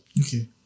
okay